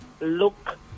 look